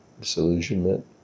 disillusionment